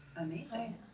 Amazing